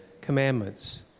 commandments